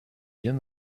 liens